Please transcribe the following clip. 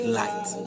light